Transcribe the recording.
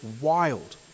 wild